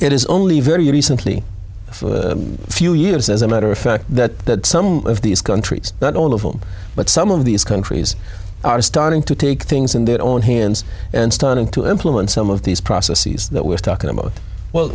it is only very recently for a few years as a matter of fact that some of these countries not all of them but some of these countries are starting to take things in their own hands and starting to implement some of these processes that we're talking about well